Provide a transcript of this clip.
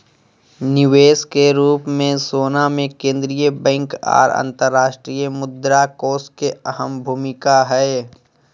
निवेश के रूप मे सोना मे केंद्रीय बैंक आर अंतर्राष्ट्रीय मुद्रा कोष के अहम भूमिका हय